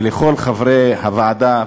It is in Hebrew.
וכל חברי הוועדה,